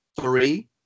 three